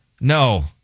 no